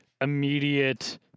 immediate